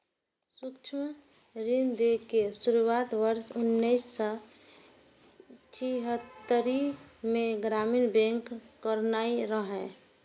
सूक्ष्म ऋण दै के शुरुआत वर्ष उन्नैस सय छिहत्तरि मे ग्रामीण बैंक कयने रहै